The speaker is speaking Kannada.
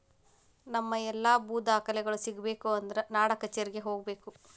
ನಮ್ಮ ಎಲ್ಲಾ ಭೂ ದಾಖಲೆಗಳು ಸಿಗಬೇಕು ಅಂದ್ರ ನಾಡಕಛೇರಿಗೆ ಹೋಗಬೇಕು